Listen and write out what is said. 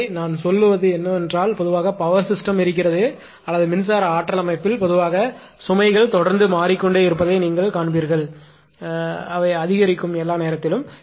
எனவே நான் சொல்வது என்னவென்றால் பொதுவாக பவர் சிஸ்டம் இருக்கிறது அல்லது மின்சார ஆற்றல் அமைப்பில் பொதுவாக சுமைகள் தொடர்ந்து மாறிக்கொண்டே இருப்பதை நீங்கள் காண்பீர்கள் அதிகரிப்பு எல்லா நேரத்திலும்